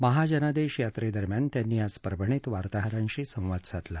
महाजनादश्वीयात्रद्विम्यान त्यांनी आज परभणीत वार्ताहरांशी संवाद साधला